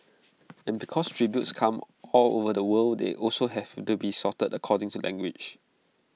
and because tributes come all over the world they also have to be sorted according to language